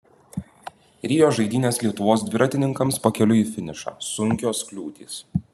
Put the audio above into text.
rio žaidynės lietuvos dviratininkams pakeliui į finišą sunkios kliūtys